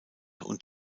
und